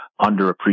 underappreciated